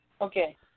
Okay